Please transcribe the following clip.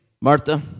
Martha